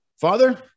Father